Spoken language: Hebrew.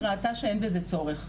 ראתה שאין בזה צורך,